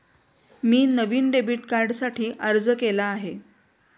मी नवीन डेबिट कार्डसाठी अर्ज केला आहे